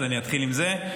אז אתחיל עם זה.